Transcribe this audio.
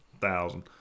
thousand